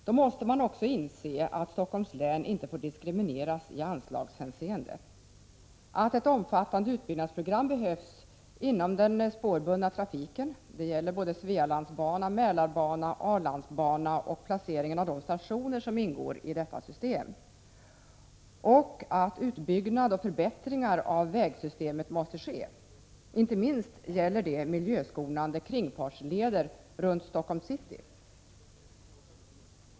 Då måste man också inse att Stockholms län inte får diskrimineras i anslagshänseende, att ett omfattande utbyggnadsprogram behövs inom den spårbundna trafiken — det gäller både Svealandsbanan, Mälarbanan, Arlandabanan och placeringen av de stationer som ingår i detta system — och att utbyggnad och förbättringar av vägsystemet måste ske. Inte minst gäller det miljöskonande kringfartsleder runt Stockholms city.